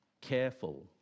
careful